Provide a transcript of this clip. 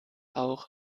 auch